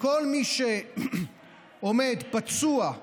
כל מי שעומד פצוע,